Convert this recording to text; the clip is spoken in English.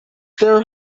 there